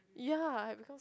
ya